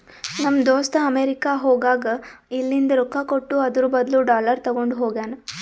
ನಮ್ ದೋಸ್ತ ಅಮೆರಿಕಾ ಹೋಗಾಗ್ ಇಲ್ಲಿಂದ್ ರೊಕ್ಕಾ ಕೊಟ್ಟು ಅದುರ್ ಬದ್ಲು ಡಾಲರ್ ತಗೊಂಡ್ ಹೋಗ್ಯಾನ್